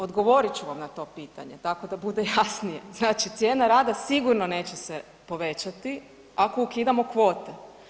Odgovorit ću vam na to pitanje, tako da bude jasnije, znači cijena rada sigurno neće se povećati ako ukidamo kvote.